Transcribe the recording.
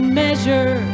measure